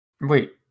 Wait